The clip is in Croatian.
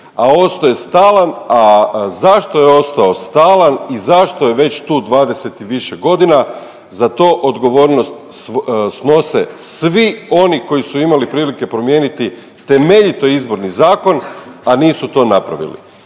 a ostao je stalan, a zašto je ostao stalan i zašto je već tu 20 i više godina, za to odgovornost snose svi oni koji su imali prilike promijeniti temeljito Izborni zakon, a nisu to napravili.